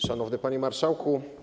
Szanowny Panie Marszałku!